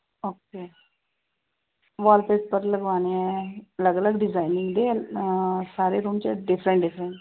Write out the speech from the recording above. okay wallpaper ਲਗਵਾਉਣੇ ਆ ਅਲੱਗ ਅਲੱਗ ਡਿਜਾਇਨਿੰਗ ਦੇ ਸਾਰੇ ਰੂਮ 'ਚ ਡਿਫਰੈਂਟ ਡਿਫਰੈਂਟ